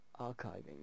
Archiving